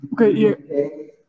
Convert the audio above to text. Okay